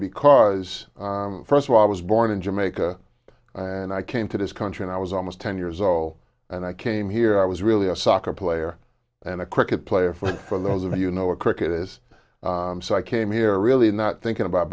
because first of all i was born in jamaica and i came to this country and i was almost ten years old and i came here i was really a soccer player and a cricket player for for those of you know a cricket is so i came here really not thinking about